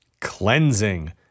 Cleansing